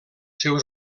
seus